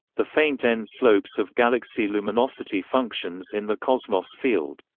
the faint-end slopes of galaxy luminosity functions in the cosmos field.